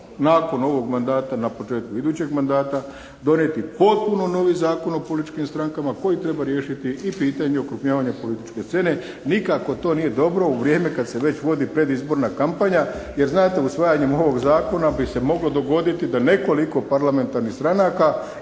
nakon ovog mandata na početku idućeg mandata, donijeti potpuno novi Zakon o političkim strankama koji treba riješiti i pitanje okrupnjavanja političke scene. Nikako to nije dobro u vrijeme kad se već vodi predizborna kampanja jer znate, usvajanjem ovog zakona bi se moglo dogoditi da nekoliko parlamentarnih stranaka